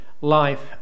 life